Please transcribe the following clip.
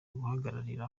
guhagararira